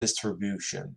distribution